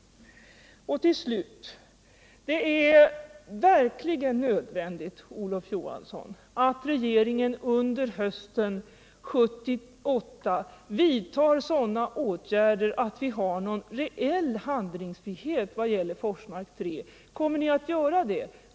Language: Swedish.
Till slut: Det är verkligen nödvändigt, Olof Johansson, att regeringen under hösten 1978 vidtar sådana åtgärder att vi har någon reell handlingsfrihet i vad gäller Forsmark 3. Kommer ni att göra det?